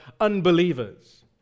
unbelievers